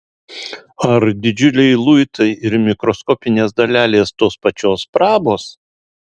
ar didžiuliai luitai ir mikroskopinės dalelės tos pačios prabos